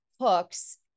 hooks